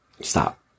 Stop